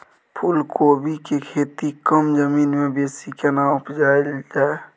फूलकोबी के खेती कम जमीन मे बेसी केना उपजायल जाय?